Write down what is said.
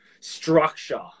structure